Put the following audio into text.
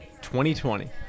2020